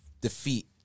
defeat